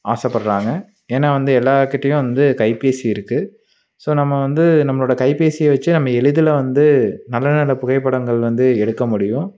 ஆசைப்படறாங்க ஏனால் வந்து எல்லார்க்கிட்டையும் வந்து கைப்பேசி இருக்குது ஸோ நம்ம வந்து நம்மளோடய கைப்பேசியை வைச்சே நம்ம எளிதில் வந்து நல்ல நல்ல புகைப்படங்கள் வந்து எடுக்க முடியும்